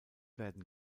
werden